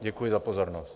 Děkuji za pozornost.